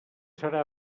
serà